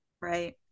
Right